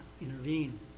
intervene